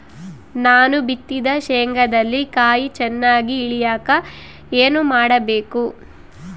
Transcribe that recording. ನಾನು ಬಿತ್ತಿದ ಶೇಂಗಾದಲ್ಲಿ ಕಾಯಿ ಚನ್ನಾಗಿ ಇಳಿಯಕ ಏನು ಮಾಡಬೇಕು?